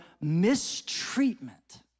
mistreatment